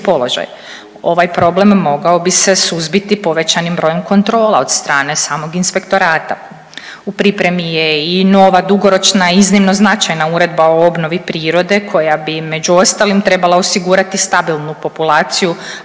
Ovaj problem mogao bi se suzbiti povećanim brojem kontrola od strane samog inspektorata. U pripremi je i nova dugoročna i iznimno značajna uredba o obnovi prirode koja bi među ostalim trebala osigurati stabilnu populaciju